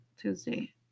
Tuesday